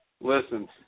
Listen